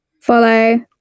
follow